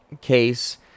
case